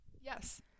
Yes